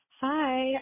Hi